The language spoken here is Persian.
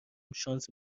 شانس